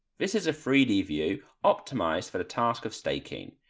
this is a three d view optimized for the task of staking.